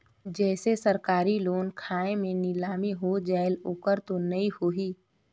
जैसे सरकारी लोन खाय मे नीलामी हो जायेल ओकर तो नइ होही?